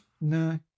No